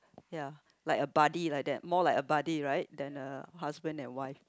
ya like a buddy like that more like a buddy right than a husband and wife